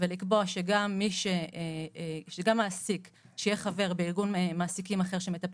ולקבוע שגם מעסיק שיהיה חבר בארגון מעסיקים אחר שמטפל